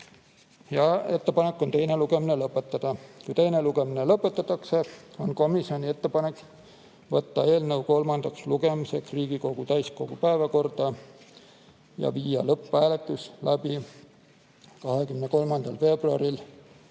ja ettepanek on teine lugemine lõpetada. Kui teine lugemine lõpetatakse, on komisjoni ettepanek võtta eelnõu kolmandaks lugemiseks Riigikogu täiskogu päevakorda ja viia lõpphääletus läbi 23. veebruaril